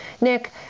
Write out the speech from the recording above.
Nick